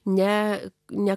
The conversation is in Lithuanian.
ne ne